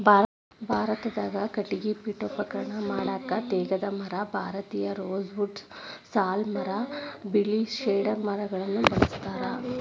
ಭಾರತದಾಗ ಕಟಗಿ ಪೇಠೋಪಕರಣ ಮಾಡಾಕ ತೇಗದ ಮರ, ಭಾರತೇಯ ರೋಸ್ ವುಡ್ ಸಾಲ್ ಮರ ಬೇಳಿ ಸೇಡರ್ ಮರಗಳನ್ನ ಬಳಸ್ತಾರ